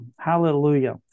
Hallelujah